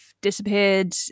disappeared